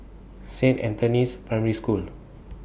Saint Anthony's Primary School